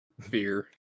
Fear